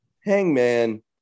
Hangman